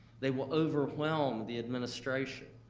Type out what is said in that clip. they will overwhelm the administration.